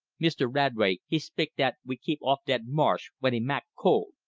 meester radway he spik dat we kip off dat marsh w'en he mak' cole.